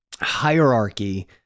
hierarchy